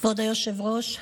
כבוד היושב-ראש,